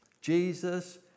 Jesus